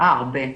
הרבה.